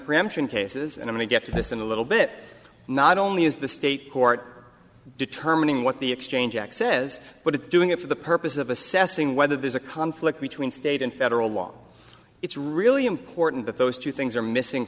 preemption cases and only get to this in a little bit not only is the state court determining what the exchange access is but it doing it for the purpose of assessing whether there's a conflict between state and federal law it's really important that those two things are missing